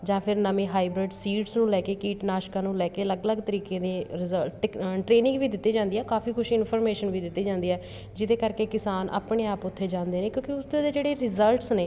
ਜਾਂ ਫਿਰ ਨਵੀਂ ਹਾਈਬ੍ਰਿਡ ਸੀਡਸ ਨੂੰ ਲੈ ਕੇ ਕੀਟਨਾਸ਼ਕਾਂ ਨੂੰ ਲੈ ਕੇ ਅਲੱਗ ਅਲੱਗ ਤਰੀਕੇ ਦੇ ਰਿਜ਼ਲ ਟਿਕ ਟ੍ਰੇਨਿੰਗ ਵੀ ਦਿੱਤੀ ਜਾਂਦੀ ਆ ਕਾਫੀ ਕੁਛ ਇਨਫੋਰਮੇਸ਼ਨ ਵੀ ਦਿੱਤੀ ਜਾਂਦੀ ਹੈ ਜਿਹਦੇ ਕਰਕੇ ਕਿਸਾਨ ਆਪਣੇ ਆਪ ਉੱਥੇ ਜਾਂਦੇ ਨੇ ਕਿਉਂਕਿ ਉੱਥੇ ਦੇ ਜਿਹੜੇ ਰਿਜ਼ਲਟਸ ਨੇ